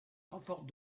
remporte